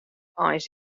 eins